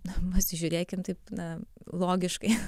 na pasižiūrėkim taip na logiškai